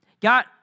God